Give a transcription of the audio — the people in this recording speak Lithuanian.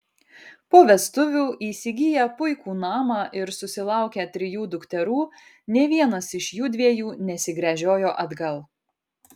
po vestuvių įsigiję puikų namą ir susilaukę trijų dukterų nė vienas iš jųdviejų nesigręžiojo atgal